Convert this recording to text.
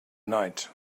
night